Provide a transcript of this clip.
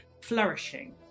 flourishing